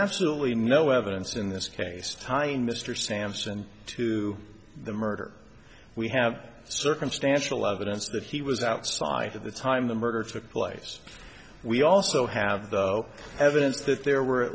absolutely no evidence in this case tying mr sampson to the murder we have circumstantial evidence that he was outside at the time the murder took place we also have no evidence that there were